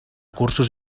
cursos